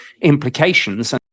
implications